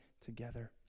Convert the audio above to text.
together